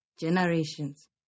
generations